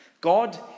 God